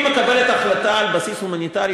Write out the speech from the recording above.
היא מקבלת החלטה על בסיס הומניטרי,